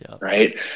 Right